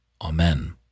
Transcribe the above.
Amen